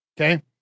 Okay